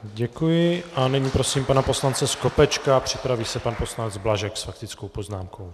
Děkuji a nyní prosím pana poslance Skopečka, připraví se pan poslanec Blažek s faktickou poznámkou.